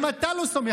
אם אתה לא סומך,